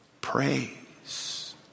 praise